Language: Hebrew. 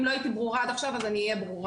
אם לא הייתי ברורה עד עכשיו, אז אני אהיה ברורה.